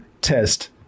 test